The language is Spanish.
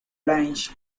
lange